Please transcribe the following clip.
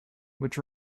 which